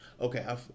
Okay